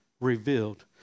revealed